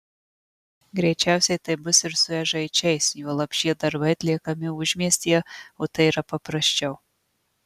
greičiausiai taip bus ir su ežaičiais juolab šie darbai atliekami užmiestyje o tai yra paprasčiau